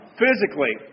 physically